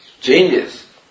changes